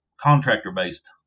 contractor-based